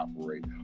operate